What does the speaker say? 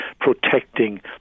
protecting